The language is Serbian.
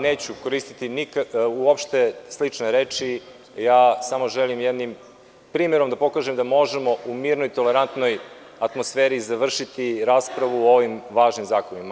Neću koristiti nikakve slične reči, samo želim jednim primerom da pokažem da možemo u mirnoj, tolerantnoj atmosferi završiti raspravu o ovim važnim zakonima.